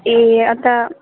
ए अन्त